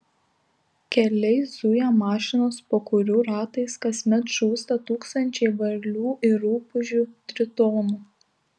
keliais zuja mašinos po kurių ratais kasmet žūsta tūkstančiai varlių ir rupūžių tritonų